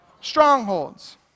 Strongholds